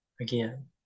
again